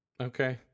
Okay